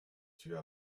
tür